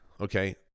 okay